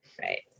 right